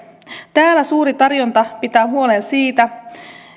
täällä suuri tarjonta pitää huolen siitä